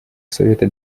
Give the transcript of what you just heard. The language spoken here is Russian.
совета